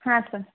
ಹಾಂ ಸರ್